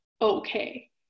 okay